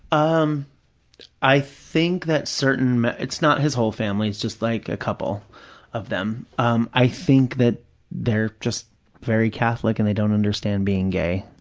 um i think that certain, it's not his whole family. it's just like a couple of them. um i think that they're just very catholic and they don't understand being gay,